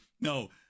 no